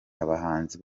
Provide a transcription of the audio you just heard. abahanzi